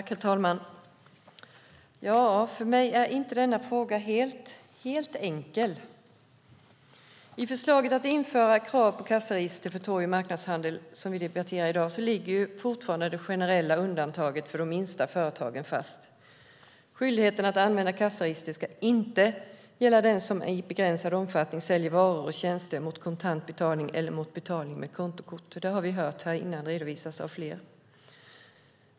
Herr talman! För mig är denna fråga inte helt enkel. I förslaget om att införa krav på kassaregister för torg och marknadshandeln, som vi debatterar i dag, ligger fortfarande det generella undantaget för de minsta företagen fast. Skyldigheten att använda kassaregister ska inte gälla den som bara i begränsad omfattning säljer varor eller tjänster mot kontant betalning eller mot betalning med kontokort, och det har vi hört här tidigare redovisas av flera.